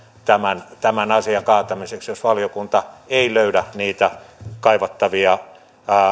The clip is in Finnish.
tämän tämän asian kaatamiseksi jos valiokunta ei löydä niitä kaivattavia